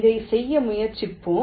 இதைச் செய்ய முயற்சிப்போம்